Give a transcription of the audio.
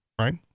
right